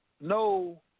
no